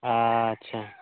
ᱟᱪᱪᱷᱟᱻ